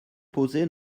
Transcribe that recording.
posées